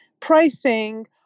pricing